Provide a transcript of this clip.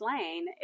Lane